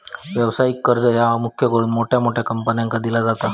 व्यवसायिक कर्ज ह्या मुख्य करून मोठ्या मोठ्या कंपन्यांका दिला जाता